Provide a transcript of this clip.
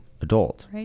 adult